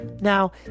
Now